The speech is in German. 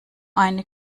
eine